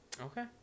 Okay